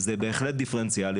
זה בהחלט דיפרנציאלי.